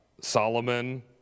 Solomon